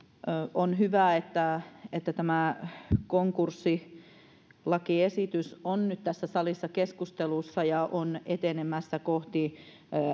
on hyvä että että tämä konkurssilakiesitys on nyt tässä salissa keskustelussa ja on etenemässä kohti